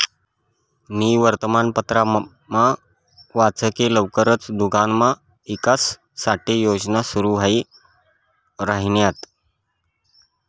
मी वर्तमानपत्रमा वाच की लवकरच दुग्धना ईकास साठे योजना सुरू व्हाई राहिन्यात